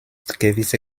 gewisse